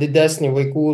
didesnį vaikų